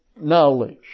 knowledge